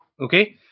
Okay